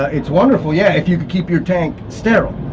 ah it's wonderful, yeah, if you can keep your tank sterile.